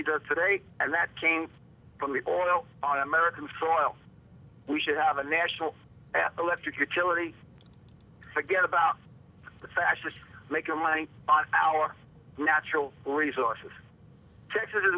he does today and that came from the boil on american soil we should have a national electric utility forget about the fascist make your money on our natural resources